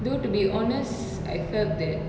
though to be honest I felt that